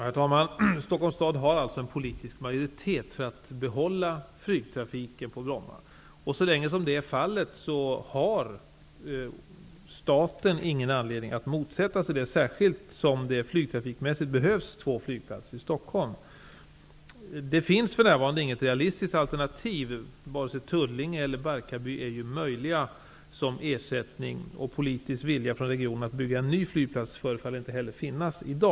Herr talman! I Stockholms stad finns det en politisk majoritet för att behålla flygtrafiken på Bromma. Så länge det är fallet har staten ingen anledning att motsätta sig det, särskilt som det behövs två flygplatser i Stockholm. För närvarande finns det inget realistiskt alternativ, eftersom varken Tullinge eller Barkaby är tänkbara. Någon politiskt vilja att bygga en ny flygplats förefaller inte heller i dag föreligga.